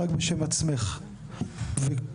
רק בשם עצמך והלוואי,